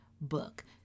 book